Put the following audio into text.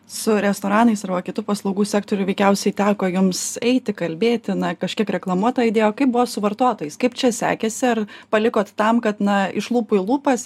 su restoranais arba kitu paslaugų sektoriu veikiausiai teko jums eiti kalbėti na kažkiek reklamuot tą idėją o kaip buvo su vartojais kaip čia sekėsi ar palikot tam kad na iš lūpų į lūpas